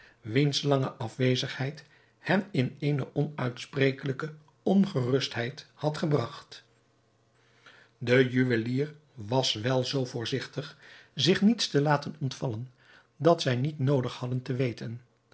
wiens lange afwezigheid hen in eene onuitsprekelijke ongerustheid had gebragt de juwelier was wel zoo voorzigtig zich niets te laten ontvallen dat zij niet noodig hadden te weten